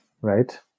right